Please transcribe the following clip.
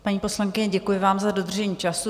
Paní poslankyně, děkuji vám za dodržení času.